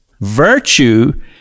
virtue